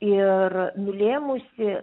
ir nulėmusį